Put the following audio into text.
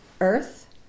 Earth